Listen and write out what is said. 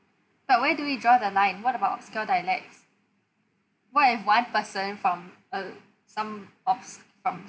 but where do we draw the line what about obscure dialects what if one person from uh some obsc~ from